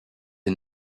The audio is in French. est